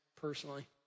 personally